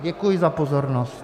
Děkuji za pozornost.